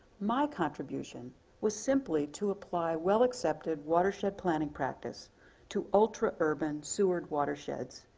my contribution was simply to apply well accepted watershed planning practice to ultra urban sewered watersheds,